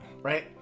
right